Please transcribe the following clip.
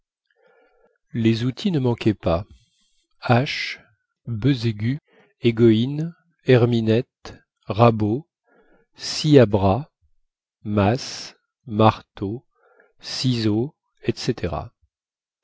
les outils ne manquaient pas haches besaiguës égoïnes herminettes rabots scies à bras masses marteaux ciseaux etc